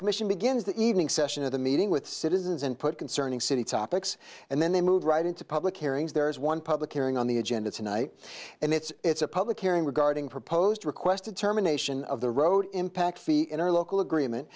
commission begins the evening session of the meeting with citizens and put concerning city topics and then they move right into public hearings there is one public hearing on the agenda tonight and it's a public hearing regarding proposed requested terminations of the road impact fee in our local agreement